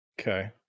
Okay